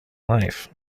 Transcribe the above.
life